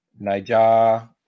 Naija